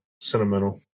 sentimental